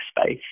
space